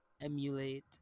emulate